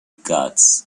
gods